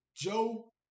Joe